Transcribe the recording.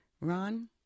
Ron